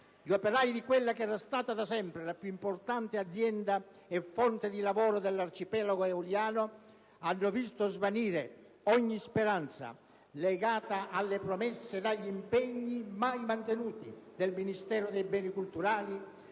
Gli operai di quella che era stata da sempre la più importante azienda e fonte di lavoro dell'arcipelago eoliano hanno visto svanire ogni speranza legata alle promesse ed agli impegni, mai mantenuti, del Ministero dei beni culturali,